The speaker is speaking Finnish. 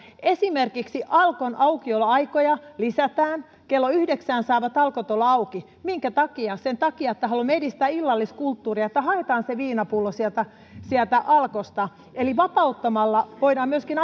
esimerkiksi alkon aukioloaikoja lisätään kello yhdeksään saavat alkot olla auki minkä takia sen takia että haluamme edistää illalliskulttuuria että haetaan se viinapullo sieltä sieltä alkosta eli voidaan myöskin